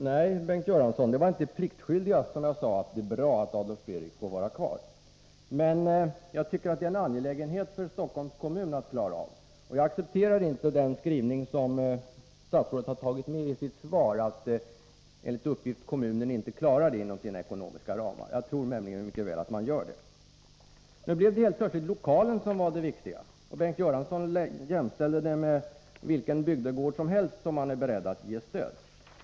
Herr talman! Nej, det var inte pliktskyldigast som jag sade att det är bra att Adolf Fredrik får vara kvar, Bengt Göransson. Men jag tycker att det är en angelägenhet för Stockholms kommun att klara av. Jag accepterar inte den skrivning som statsrådet har i sitt svar, nämligen att kommunen enligt uppgift inte klarar skolan inom sina ekonomiska ramar. Jag tror nämligen att Stockholms kommun mycket väl klarar detta. Nu blev det helt plötsligt lokalen som var det viktiga. Bengt Göransson jämställde den med vilken bygdegård som helst som man är beredd att ge stöd.